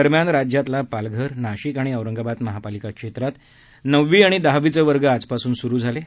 दरम्यान राज्यातल्या पालघर नाशिक आणि औरंगाबाद महापालिका क्षेत्रात नववी आणि दहावीचे वर्ग आजपासून स्रू झाले आहेत